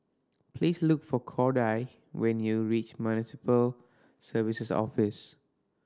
please look for Cordie when you reach Municipal Services Office